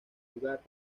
lugar